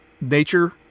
nature